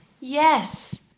Yes